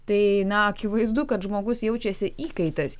tai akivaizdu kad žmogus jaučiasi įkaitais